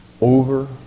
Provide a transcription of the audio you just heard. over